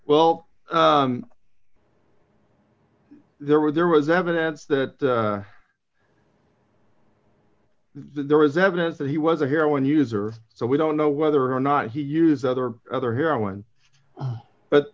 well there was there was evidence that there was evidence that he was a heroin user so we don't know whether or not he used other other heroin but